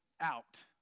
out